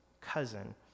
cousin